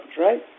right